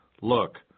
Look